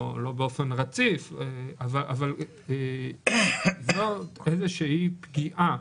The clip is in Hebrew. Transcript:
לא באופן רציף אבל זו פגיעה